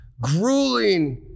grueling